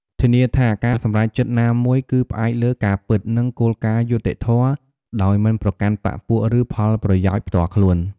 ធានាថាការសម្រេចចិត្តណាមួយគឺផ្អែកលើការពិត និងគោលការណ៍យុត្តិធម៌ ដោយមិនប្រកាន់បក្ខពួក ឬផលប្រយោជន៍ផ្ទាល់ខ្លួន។